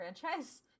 franchise